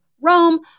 Rome